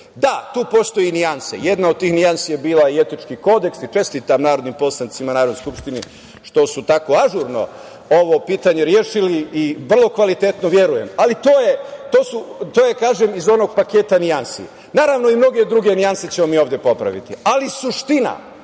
Da, tu postoje nijanse. Jedna od tih nijansi je bila i etički kodeks i čestitam narodnim poslanicima u Narodnoj skupštini što su tako ažurno ovo pitanje rešili i vrlo kvalitetno, verujem. To je, kažem, iz onog paketa nijansi. Naravno, i mnoge druge nijanse ćemo mi ovde popraviti, ali suština